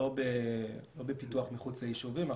לא בפיתוח מחוץ ליישובים.